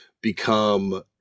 become